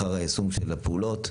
אחר היישום של הפעולות,